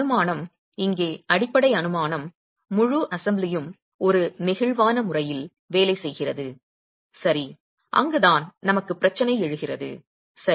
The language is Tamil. அனுமானம் இங்கே அடிப்படை அனுமானம் முழு அசம்பிளியும் ஒரு நெகிழ்வான முறையில் வேலை செய்கிறது சரி அங்குதான் நமக்கு பிரச்சனை எழுகிறது சரி